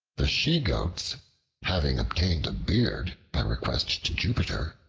the she-goats having obtained a beard by request to jupiter,